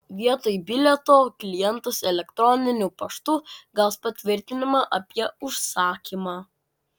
vietoj bilieto klientas elektroniniu paštu gaus patvirtinimą apie užsakymą